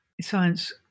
science